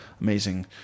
amazing